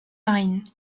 marine